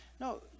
No